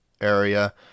area